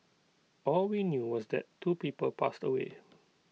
all we knew was that two people passed away